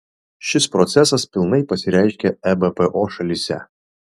šis procesas pilnai pasireiškė ebpo šalyse